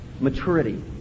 maturity